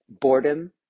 Boredom